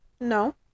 No